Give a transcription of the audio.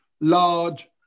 large